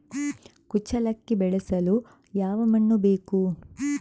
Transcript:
ಕುಚ್ಚಲಕ್ಕಿ ಬೆಳೆಸಲು ಯಾವ ಮಣ್ಣು ಬೇಕು?